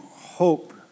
hope